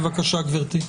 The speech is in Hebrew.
בבקשה, גברתי.